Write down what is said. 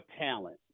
talent